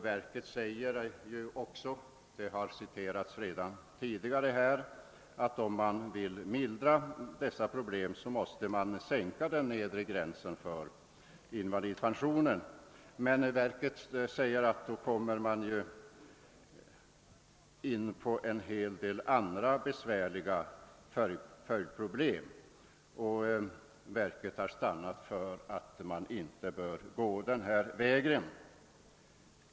Verket säger — detta har citerats redan tidigare — att om man vill mildra dessa problem, måste man sänka den nedre gränsen för invalidpension men att det då uppkommer en hel del ganska besvärliga följdproblem, varför verket stannar för att man inte bör gå den vägen.